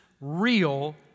real